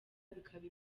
bikaba